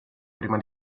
prima